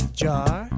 jar